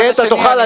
כן, אתה תוכל.